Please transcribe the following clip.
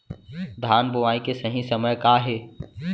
धान बोआई के सही समय का हे?